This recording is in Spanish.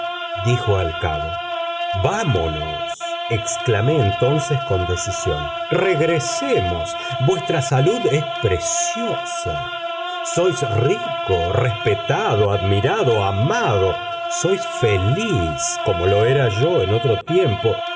dijo al cabo vámonos exclamé entonces con decisión regresemos vuestra salud es preciosa sois rico respetado admirado amado sois feliz como lo era yo en otro tiempo